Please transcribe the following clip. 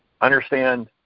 understand